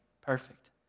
perfect